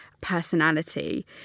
personality